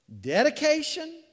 dedication